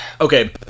okay